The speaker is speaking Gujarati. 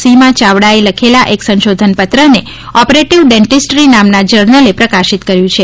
સીમા યાવડાએ લખેલા એક સંશોધન પત્રને ઓપરેટિવ ડેન્ટિસ્ટ્રી નામના જર્નલચે પ્રકાશિત કરી છે